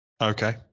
Okay